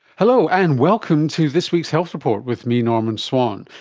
hello, and welcome to this week's health report with me, norman swan.